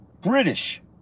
British